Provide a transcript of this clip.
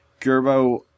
Gerbo